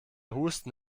husten